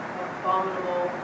abominable